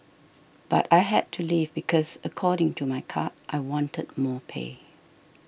but I had to leave because according to my card I wanted more pay